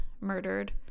murdered